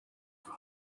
over